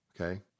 okay